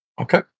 Okay